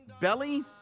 Belly